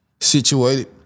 situated